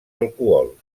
alcohols